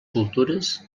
cultures